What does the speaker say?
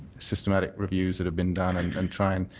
systematic reviews that have been done and and try and